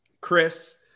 Chris